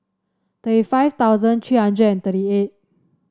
thirty five thousand three hundred and thirty eight